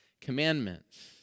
commandments